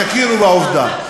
תכירו בעובדה: